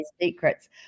secrets